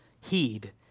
heed